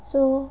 so